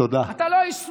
אתה לא איש שמאל.